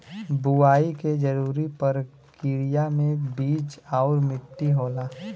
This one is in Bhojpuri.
बुवाई के जरूरी परकिरिया में बीज आउर मट्टी होला